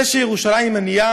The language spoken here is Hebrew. זה שירושלים ענייה